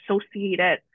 associated